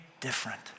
different